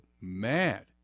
mad